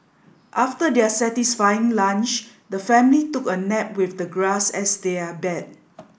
after their satisfying lunch the family took a nap with the grass as their bed